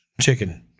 Chicken